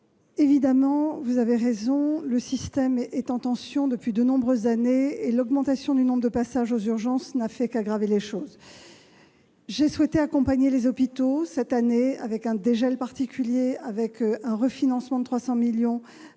évidemment, vous avez raison : le système est en tension depuis de nombreuses années et l'augmentation du nombre des passages aux urgences n'a fait qu'aggraver les choses. J'ai souhaité accompagner les hôpitaux cette année avec, en particulier, un dégel de crédits, avec un refinancement de 300 millions